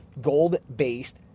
gold-based